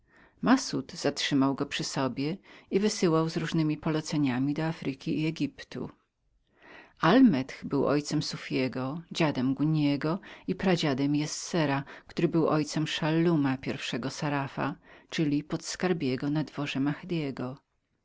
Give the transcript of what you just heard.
ten zatrzymał go przy sobie i wysyłał z różnemi poleceniami do afryki i egiptu alameth był ojcem sufiego dziadem guniego i pradziadem jessera który był ojcem szalluma pierwszego szarafa czyli podskarbiego na dworze